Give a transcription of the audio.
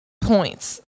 points